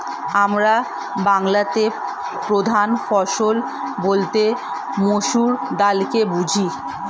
আমরা বাংলাতে প্রধান ফসল বলতে মসুর ডালকে বুঝি